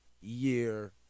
year